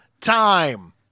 time